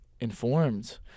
informed